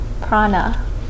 prana